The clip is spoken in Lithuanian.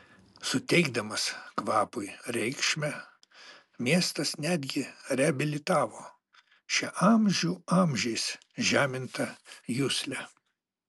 suteikdamas kvapui reikšmę miestas netgi reabilitavo šią amžių amžiais žemintą juslę